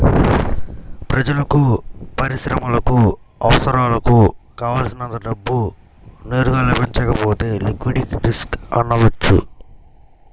ప్రజలకు, పరిశ్రమలకు అవసరాలకు కావల్సినంత డబ్బు నేరుగా లభించకపోతే లిక్విడిటీ రిస్క్ అనవచ్చు